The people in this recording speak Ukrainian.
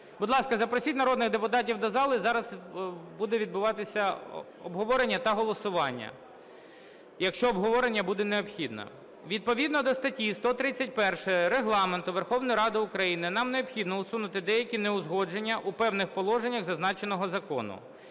Будь ласка запросіть народних депутатів до залу. Зараз буде відбуватися обговорення та голосування, якщо обговорення буде необхідне. Відповідно до статті 131 Регламенту Верховної Ради України нам необхідно усунути деякі неузгодження у певних положеннях зазначеного закону.